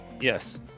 yes